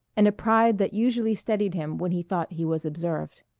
and a pride that usually steadied him when he thought he was observed.